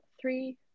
three